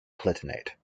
palatinate